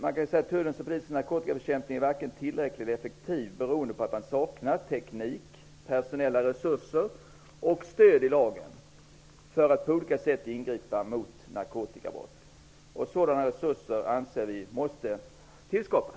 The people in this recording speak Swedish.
Man kan säga att Tullens och Polisens narkotikabekämpning inte är vare sig tillräcklig eller effektiv beroende på att de saknar teknik, personella resurser och stöd i lagen när det gäller att på olika sätt ingripa mot narkotikabrott. Vi anser att sådana resurser måste tillskapas.